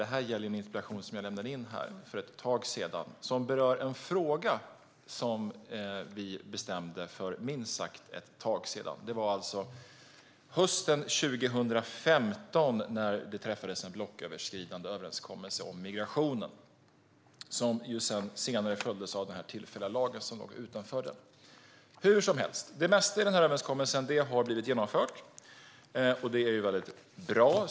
Det här gäller en interpellation som jag lämnade in för ett tag sedan och som berör något som vi bestämde för minst sagt ett tag sedan: hösten 2015. Då träffades en blocköverskridande överenskommelse om migrationen som senare följdes av den tillfälliga lagen, som låg utanför den. Det mesta i denna överenskommelse har blivit genomfört, och det är bra.